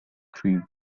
cream